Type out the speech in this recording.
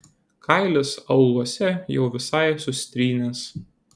kailis auluose jau visai susitrynęs